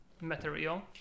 material